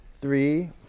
Three